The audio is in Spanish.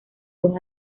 dos